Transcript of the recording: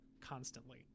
constantly